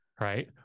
right